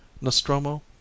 nostromo